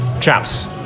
Chaps